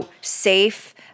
safe